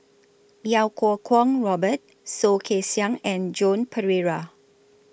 Iau Kuo Kwong Robert Soh Kay Siang and Joan Pereira